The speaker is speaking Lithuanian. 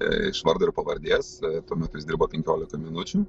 iš vardo ir pavardės tuo metu jis uždirbo penkiolika minučių